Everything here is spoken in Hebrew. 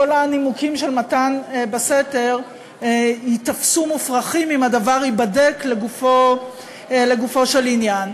כל הנימוקים של מתן בסתר ייתפסו מופרכים אם הדבר ייבדק לגופו של עניין.